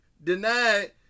Denied